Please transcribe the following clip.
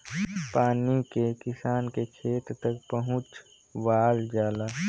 पानी के किसान के खेत तक पहुंचवाल जाला